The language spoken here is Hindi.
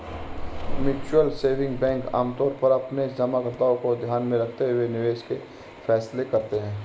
म्यूचुअल सेविंग बैंक आमतौर पर अपने जमाकर्ताओं को ध्यान में रखते हुए निवेश के फैसले करते हैं